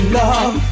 love